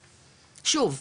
שוב,